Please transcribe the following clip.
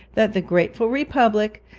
that the grateful republic,